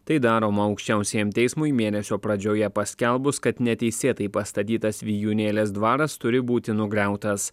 tai daroma aukščiausiajam teismui mėnesio pradžioje paskelbus kad neteisėtai pastatytas vijūnėlės dvaras turi būti nugriautas